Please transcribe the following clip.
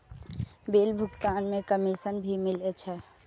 Bill भुगतान में commission भी मिले छै?